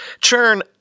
Churn